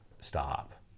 stop